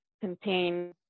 contain